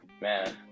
Man